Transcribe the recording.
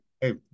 Hey